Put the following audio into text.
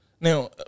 Now